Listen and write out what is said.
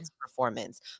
performance